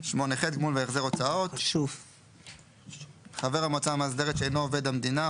גמול והחזר הוצאות 8ח. חבר המועצה המאסדרת שאינו עובד המדינה,